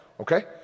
Okay